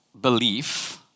belief